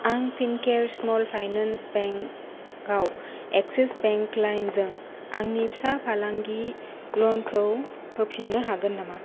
आं Fincare small finance bank आव Axis bank लाइमजों आंनि फिसा फालांगि ल'नखौ होफिन्नो हागोन नामा